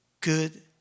good